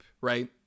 right